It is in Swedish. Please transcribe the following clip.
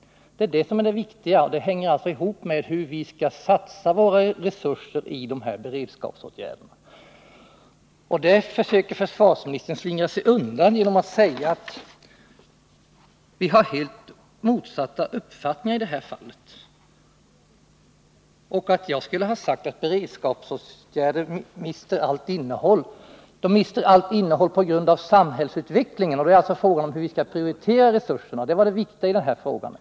Det är det som är det viktiga, och det hänger alltså ihop med hur vi skall satsa våra resurser i dessa beredskapsåtgärder. Det försöker försvarsministern slingra sig från genom att säga att vi har helt motsatta uppfattningar och att jag skulle ha sagt att beredskapsåtgärder mister allt innehåll. Ja, de mister allt innehåll på grund av samhällsutvecklingen, och då är det alltså fråga om hur vi skall prioritera resurserna. Det var det viktiga i frågan.